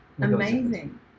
amazing